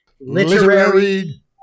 literary